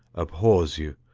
abhors you,